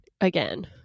again